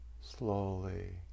slowly